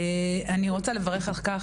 אני רוצה לברך על כך,